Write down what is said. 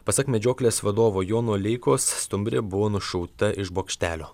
pasak medžioklės vadovo jono leikos stumbrė buvo nušauta iš bokštelio